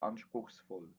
anspruchsvoll